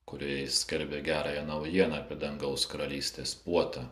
kurioje jis skelbė gerąją naujieną apie dangaus karalystės puotą